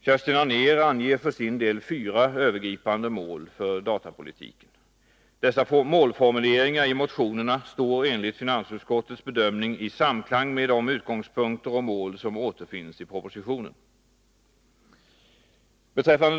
Kerstin Anér anger för sin del fyra övergripande mål för datapolitiken. Dessa målformuleringar i motionerna står, enligt finansutskottets bedömning, i samklang med de utgångspunkter och mål som återfinns i propositionen.